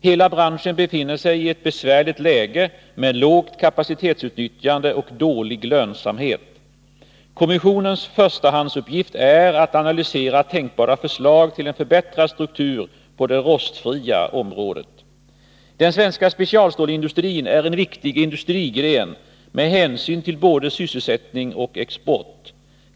Hela branschen befinner sig i ett besvärligt läge med lågt kapacitetsutnyttjande och dålig lönsamhet. Kommissionens förstahandsuppgift är att analysera tänkbara förslag till en förbättrad struktur på det rostfria området. Den svenska specialstålsindustrin är en viktig industrigren med hänsyn till både sysselsättning och export.